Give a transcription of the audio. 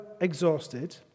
exhausted